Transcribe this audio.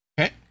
Okay